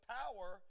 power